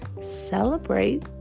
Celebrate